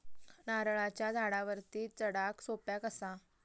नारळाच्या झाडावरती चडाक सोप्या कसा?